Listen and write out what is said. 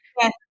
yes